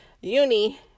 Uni